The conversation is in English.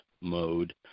mode